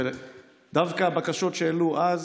ודווקא הבקשות שהעלו אז